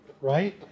right